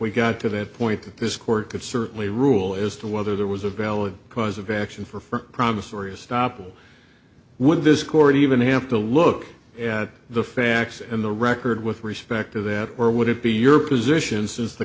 we got to that point that this court could certainly rule as to whether there was a valid cause of action for promissory estoppel would this court even have to look at the facts in the record with respect to that or would it be your position since the